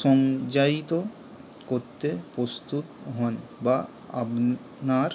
সঞ্চিত করতে প্রস্তুত হন বা আপনার